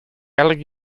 elk